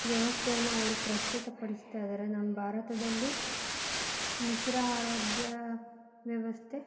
ವ್ಯವಸ್ಥೆಯನ್ನು ಅವ್ರು ಪ್ರಸ್ತುತ ಪಡಿಸ್ತಾ ಇದ್ದಾರೆ ನಮ್ಮ ಭಾರತದಲ್ಲಿ ಮಿಶ್ರ ಆರೋಗ್ಯ ವ್ಯವಸ್ಥೆ